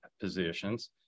positions